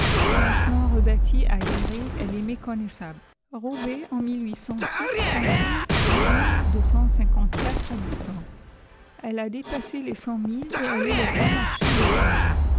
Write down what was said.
maintenant rebâtie aérée elle est méconnaissable roubaix en comptait habitants elle a dépassé les et elle est le grand marché de la laine